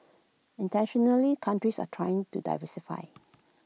internationally countries are trying to diversify